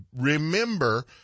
remember